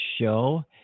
show